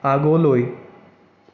আগলৈ